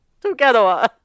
Together